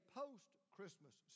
post-Christmas